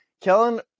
kellen